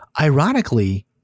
Ironically